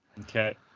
okay